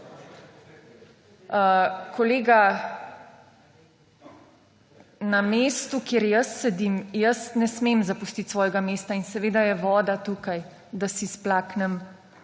Kolega, na mestu, kjer jaz sedim, jaz ne smem zapustiti svojega mesta in seveda je voda tukaj, da si splaknem